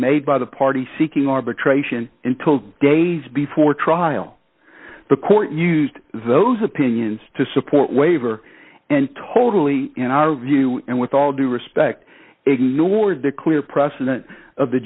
made by the party seeking arbitration until days before trial the court used those opinions to support waiver and totally in our view and with all due respect ignored the clear precedent of the